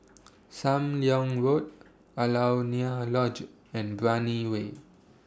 SAM Leong Road Alaunia Lodge and Brani Way